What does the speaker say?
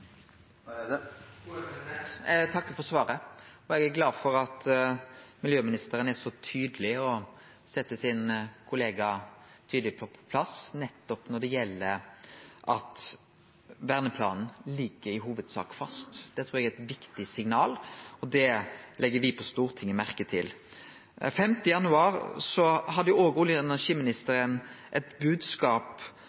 Eg takkar for svaret. Eg er glad for at miljøministeren er så tydeleg og set sin kollega tydeleg på plass når det gjeld at verneplanen i hovudsak ligg fast. Det trur eg er eit viktig signal, og det legg me på Stortinget merke til. Den 5. januar hadde òg olje-